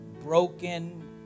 broken